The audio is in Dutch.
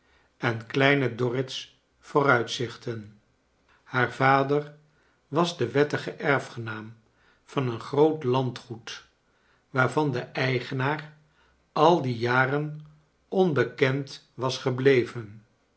en kleine dorrit's vooruitzichten haar vader was de wettige erfgenaam van een groat landgoed waarvan de eigenaar al die jaren onbekend was gebleven